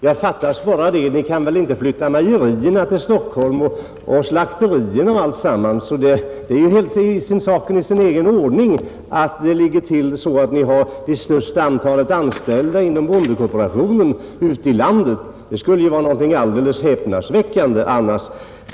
Herr talman! Ja, fattas bara annat! Ni kan väl inte flytta mejerierna och slakterierna och alltsammans till Stockholm! Det ligger ju i sakens natur att det största antalet anställda inom bondekooperationen finns ute i landet. Det skulle vara häpnadsväckande annars.